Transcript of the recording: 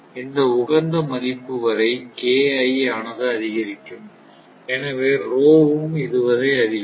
இந்த உகந்த மதிப்பு வரை ஆனது அதிகரிக்கும் எனவே ம் இதுவரை அதிகரிக்கும்